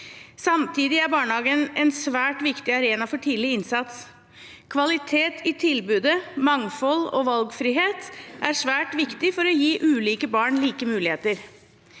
Samtidig er barnehagen en svært viktig arena for tidlig innsats. Kvalitet i tilbudet, mangfold og valgfrihet er svært viktig for å gi ulike barn like muligheter.